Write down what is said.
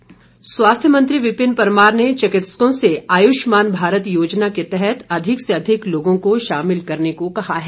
परमार स्वास्थ्य मंत्री विपिन परमार ने चिकित्सकों से आयुष्मान भारत योजना के तहत अधिक से अधिक लोगों को शामिल करने को कहा है